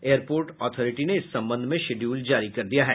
air port authority ने इस संबंध में शिड्यूल जारी कर दिया है